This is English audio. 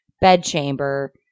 bedchamber